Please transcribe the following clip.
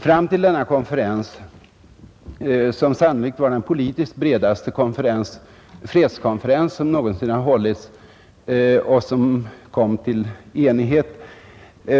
Fram till denna konferens, som sannolikt var den politiskt bredaste fredskonferens som någonsin har hållits och som nådde fram till enighet,